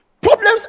problems